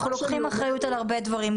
אנחנו לוקחים אחריות על הרבה דברים,